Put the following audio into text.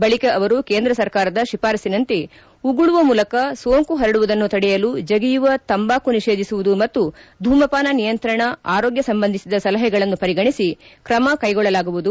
ಬಳಿಕ ಅವರು ಕೇಂದ್ರ ಸರ್ಕಾರದ ಶಿಫಾರಸಿನಂತೆ ಉಗುಳುವ ಮೂಲಕ ಸೋಂಕು ಪರಡುವುದನ್ನು ತಡೆಯಲು ಜಿಗಿಯುವ ತಂಬಾಕು ನಿಷೇಧಿಸುವುದು ಮತ್ತು ಧೂಮಪಾನ ನಿಯಂತ್ರಣ ಆರೋಗ್ಯ ಸಂಬಂಧಿಸಿದ ಸಲಹೆಗಳನ್ನು ಪರಿಗಣಿಸಿ ತ್ರಮ ಕೈಗೊಳ್ಳಲಾಗುವುದು